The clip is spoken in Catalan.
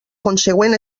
consegüent